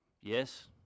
Yes